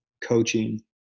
coaching